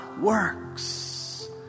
works